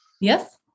Yes